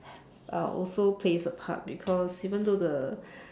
uh also plays a part because even though the